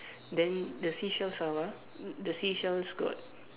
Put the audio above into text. then the seashells are what the seashells got